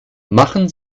machen